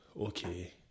okay